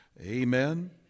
Amen